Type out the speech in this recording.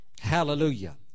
hallelujah